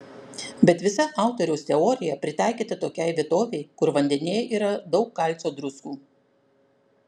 bet visa autoriaus teorija pritaikyta tokiai vietovei kur vandenyje yra daug kalcio druskų